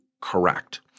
correct